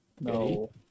no